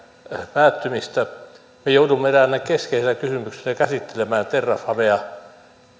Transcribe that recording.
päättymistä me joudumme eräänä keskeisenä kysymyksenä käsittelemään terrafamea